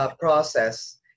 process